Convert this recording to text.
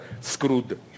screwed